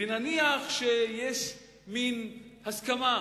ונניח שיש מין הסכמה,